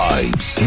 Vibes